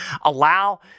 allow